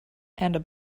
and